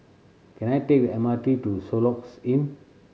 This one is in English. can I take the M R T to Soluxe Inn